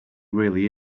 really